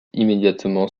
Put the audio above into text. immédiatement